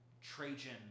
Trajan